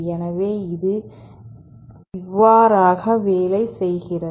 எனவே இது இவாறாக வேலை செய்கிறது